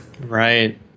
Right